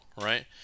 right